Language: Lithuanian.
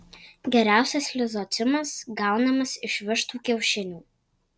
geriausias lizocimas gaunamas iš vištų kiaušinių